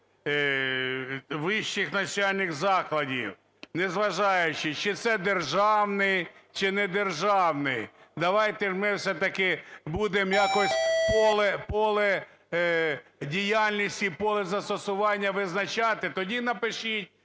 вищих навчальних закладів, незважаючи, чи це державний, чи недержавний. Давайте ж ми все-таки будем якось поле діяльності, поле застосування визначати. Тоді напишіть,